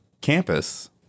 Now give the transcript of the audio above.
campus